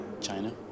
China